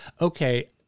okay